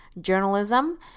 journalism